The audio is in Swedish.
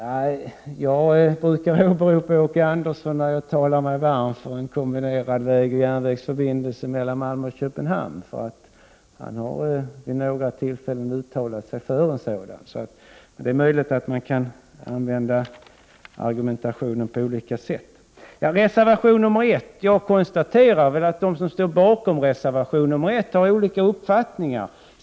Jag brukar åberopa Åke Andersson när jag talar mig varm för en kombinerad vägoch järnvägsförbindelse mellan Malmö och Köpenhamn, därför att han vid några tillfällen har uttalat sig för en sådan. Det är möjligt att man kan använda argumentationen på olika sätt. Jag konstaterar att de som står bakom reservation nr 1 har olika uppfattningar.